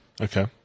okay